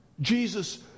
Jesus